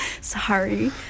Sorry